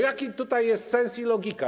Jaki tutaj jest sens i logika?